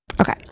Okay